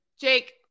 Jake